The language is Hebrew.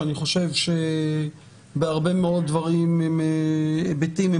שאני חושב שבהרבה מאוד דברים והיבטים הם